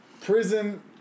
Prison